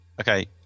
Okay